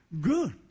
Good